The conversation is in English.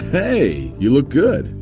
hey! you look good!